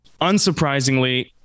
unsurprisingly